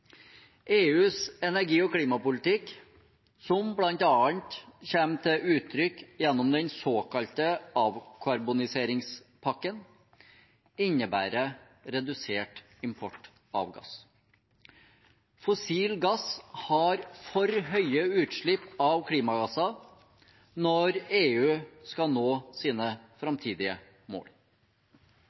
EUs energi- og klimapolitikk, som bl.a. kommer til uttrykk gjennom den såkalte avkarboniseringspakken, innebærer redusert import av gass. Fossil gass har for høye utslipp av klimagasser når EU skal nå sine framtidige mål.